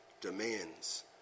demands